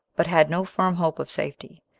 but had no firm hope of safety,